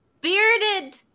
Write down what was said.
Bearded